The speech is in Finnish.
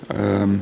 tarve